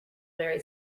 very